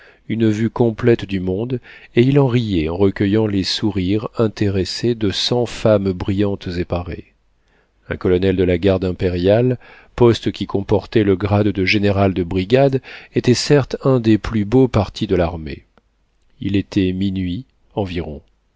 une vue complète du monde et il en riait en recueillant les sourires intéressés de cent femmes brillantes et parées un colonel de la garde impériale poste qui comportait le grade de général de brigade était certes un des plus beaux partis de l'armée il était minuit